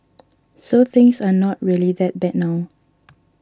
so things are not really that bad now